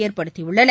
ஏற்படுத்தியுள்ளன